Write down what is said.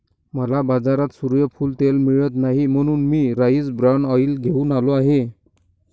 मला बाजारात सूर्यफूल तेल मिळत नाही म्हणून मी राईस ब्रॅन ऑइल घेऊन आलो आहे